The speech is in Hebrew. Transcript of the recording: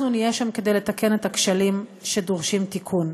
אנחנו נהיה שם כדי לתקן את הכשלים שדורשים תיקון.